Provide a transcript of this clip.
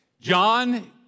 John